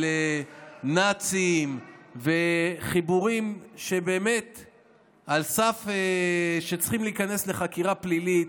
נאצים וחיבורים שעל סף הצריכים להיכנס לחקירה פלילית,